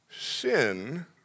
sin